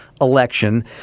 election